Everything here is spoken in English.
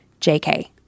JK